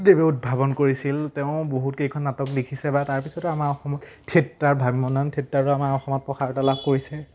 দেৱে উদ্ভাৱন কৰিছিল তেওঁ বহুতকেইখন নাটক লিখিছে বা তাৰপিছতো আমাৰ অসমত থিয়েটাৰ ভ্ৰাম্যমান থিয়েটাৰো আমাৰ অসমত প্ৰসাৰতা লাভ কৰিছে